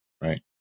right